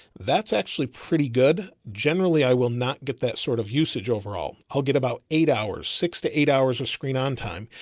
that's actually pretty good. generally. i will not get that sort of usage overall. i'll get about eight hours, six to eight hours of screen on time.